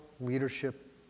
leadership